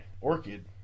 Orchid